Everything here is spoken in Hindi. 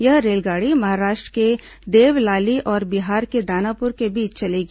यह रेलगाड़ी महाराष्ट्र के देवलाली और बिहार के दानापुर के बीच चलेगी